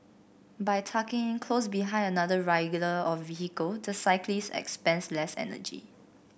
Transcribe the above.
by tucking in close behind another a rider or vehicle the cyclist expends less energy